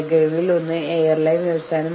നിഷേധാത്മക വികാരങ്ങൾ നിയന്ത്രിക്കുക